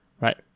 right